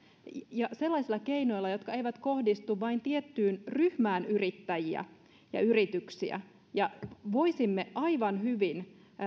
ja sellaisilla keinoilla jotka eivät kohdistu vain tiettyyn ryhmään yrittäjiä ja yrityksiä voisimme aivan hyvin